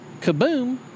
kaboom